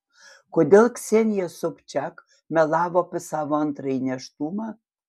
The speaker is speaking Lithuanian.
kodėl ksenija sobčiak melavo apie savo antrąjį nėštumą